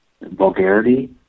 vulgarity